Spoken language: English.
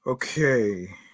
Okay